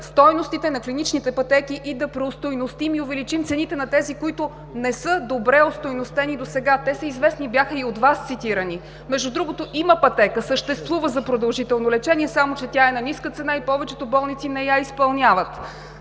стойностите на клиничните пътеки и да преостойностим и увеличим цените на тези, които не са добре остойностени досега. Те са известни, бяха цитирани и от Вас. Между другото, съществува пътека за продължително лечение, само че тя е на ниска цена и повечето болници не я изпълняват.